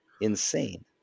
insane